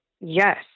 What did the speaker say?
Yes